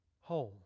home